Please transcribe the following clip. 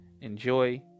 enjoy